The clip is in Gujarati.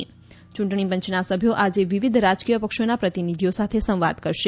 યૂંટણી પંયના સભ્યો આજે વિવિધ રાજકીય પક્ષોના પ્રતિનિધિઓ સાથે સંવાદ કરશે